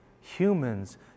humans